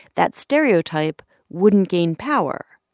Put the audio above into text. that stereotype wouldn't gain power.